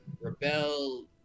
rebel